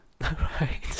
Right